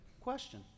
question